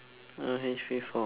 oh H_P four